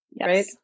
right